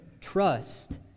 trust